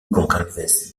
gonçalves